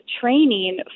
training